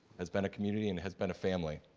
has been a community, and has been a family.